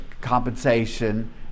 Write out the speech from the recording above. compensation